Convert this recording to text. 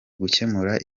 gukemura